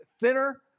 thinner